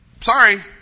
sorry